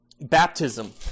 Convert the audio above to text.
baptism